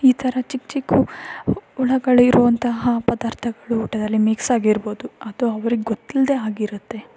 ಈ ಥರ ಚಿಕ್ಕ ಚಿಕ್ಕ ಹುಳಗಳಿರುವಂತಹ ಪದಾರ್ಥಗಳು ಊಟದಲ್ಲಿ ಮಿಕ್ಸ್ ಆಗಿರ್ಬೋದು ಅದು ಅವ್ರಿಗೆ ಗೊತ್ತಿಲ್ಲದೇ ಆಗಿರುತ್ತೆ